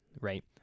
right